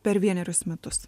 per vienerius metus